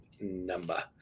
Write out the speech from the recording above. number